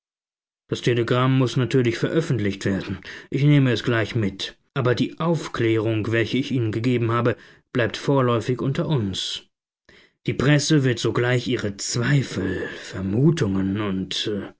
das telegramm muß natürlich veröffentlicht werden ich nehme es gleich mit aber die aufklärung welche ich ihnen gegeben habe bleibt vorläufig unter uns die presse wird sogleich ihre zweifel vermutungen